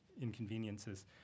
inconveniences